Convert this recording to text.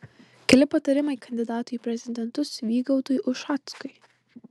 keli patarimai kandidatui į prezidentus vygaudui ušackui